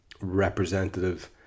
representative